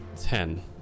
Ten